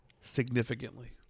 significantly